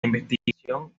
investigación